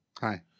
Hi